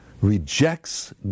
rejects